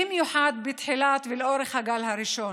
במיוחד בתחילת ולאורך הגל הראשון.